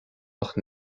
ach